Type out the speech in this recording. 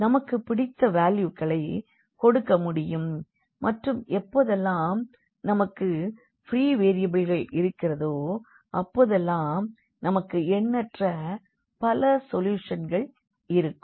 நமக்கு பிடித்த வேல்யூக்களை கொடுக்க முடியும் மற்றும் எப்போதெல்லாம் நமக்கு ப்ரீ வேரியபிள்கள் இருக்கிறதோ அப்போதெல்லாம் நமக்கு எண்ணற்ற பல சொல்யூஷன்கள் இருக்கும்